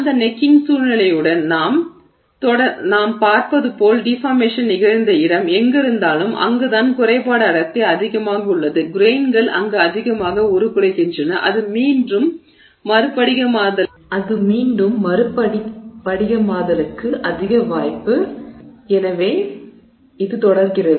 அந்த நெக்கிங் சூழ்நிலையுடன் நாம் பார்த்தது போல் டிஃபார்மேஷன் நிகழ்ந்த இடம் எங்கிருந்தாலும் அங்குதான் குறைபாடு அடர்த்தி அதிகமாக உள்ளது கிரெய்ன்கள் அங்கு அதிகமாக உருக்குலைகின்றன அது மீண்டும் மறுபடிகமாதலுக்கு அதிக வாய்ப்பு அது அதிக வாய்ப்பு அங்கு மீட்கவும் எனவே இது தொடர்கிறது